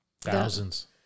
Thousands